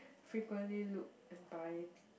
frequently look and buy